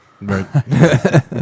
Right